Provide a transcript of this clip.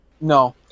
no